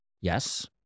yes